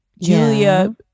Julia